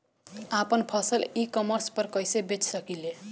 आपन फसल e commerce पर कईसे बेच सकिले?